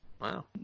Wow